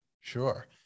Sure